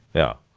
yeah,